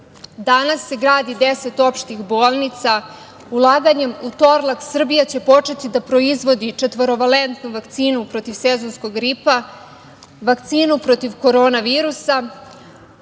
Danas se gradi deset opštih bolnica, ulaganjem u Torlak Srbija će početi da proizvodi četvorovalentnu vakcinu protiv sezonskog gripa, vakcinu protiv korona virusa.